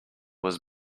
was